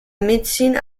médecine